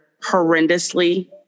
horrendously